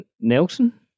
Nelson